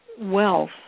wealth